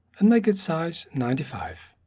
and make its size ninety five.